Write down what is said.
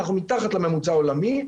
אנחנו מתחת לממוצע העולמי,